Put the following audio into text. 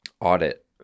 audit